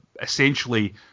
essentially